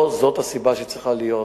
לא זאת הסיבה שצריכה להיות.